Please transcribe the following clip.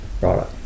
right